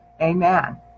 Amen